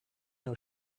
know